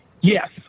Yes